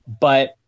but-